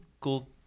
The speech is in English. cool